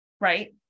right